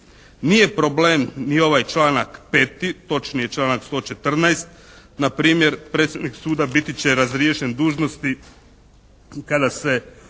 Nije problem ni ovaj članak 5. točnije članak 114. Na primjer predsjednik suda biti će razriješen dužnosti kada se